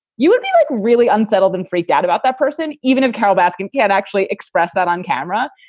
you would really unsettled and freaked out about that person, even if carol baskin had actually expressed that on camera.